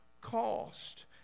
cost